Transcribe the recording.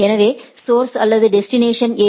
எனவேஸோஸர்ஸ் அல்லது டெஸ்டினேஷன் ஏ